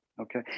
Okay